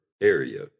area